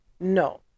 no